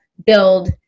build